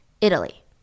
Italy